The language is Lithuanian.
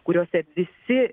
kuriuose visi